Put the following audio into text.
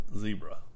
zebra